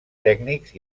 tècnics